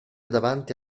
davanti